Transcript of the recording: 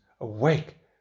awake